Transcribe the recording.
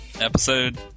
Episode